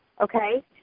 okay